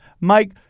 Mike